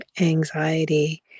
Anxiety